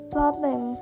Problem